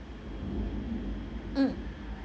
mm